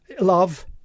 love